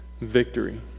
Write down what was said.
victory